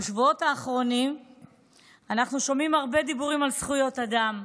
בשבועות האחרונים אנחנו שומעים הרבה דיבורים על זכויות אדם.